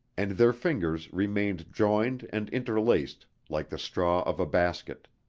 and their fingers remained joined and interlaced like the straw of a basket.